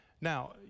Now